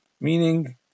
meaning